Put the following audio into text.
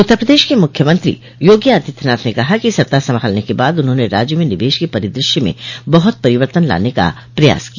उत्तर प्रदश के मुख्यमंत्री योगी आदित्यनाथ ने कहा कि सत्ता संभालने के बाद उन्होंने राज्य में निवेश के परिदृश्य में बहुत परिवर्तन लाने का प्रयास किया